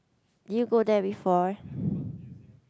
did you go there before